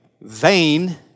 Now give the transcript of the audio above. vain